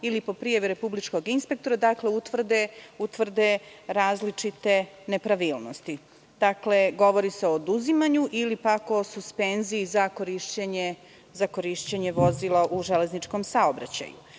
ili po prijavi republičkog inspektora utvrde različite nepravilnosti. Dakle, govori se o oduzimanju ili pak o suspenziji za korišćenje vozila u železničkom saobraćaju. Konkretno